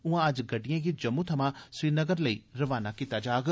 उआं अज्ज गड्डिएं गी जम्मू थमां श्रीनगर लेई रवाना कीता जाग